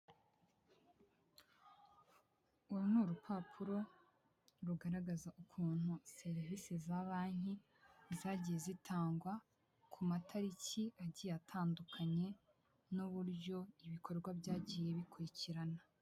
Uru ni urupapuro rugaragaza ukuntu serivisi za banki zagiye zitangwa ku matariki agiye atandukanye n'uburyo ibikorwa byagiye bikurikirana.